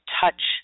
touch